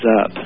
up